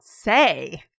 say